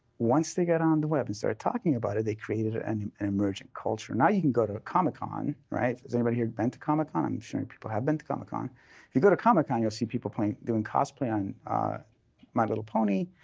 once they get on the web and started talking about it, they created ah an emergent culture. now you can go to comic-con, right? has anybody here been to comic-con? i'm sure and people have been to comic-con. if you go to comic-con, you'll see people doing cosplay on my little pony.